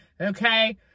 okay